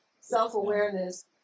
self-awareness